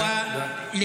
---